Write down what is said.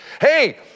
Hey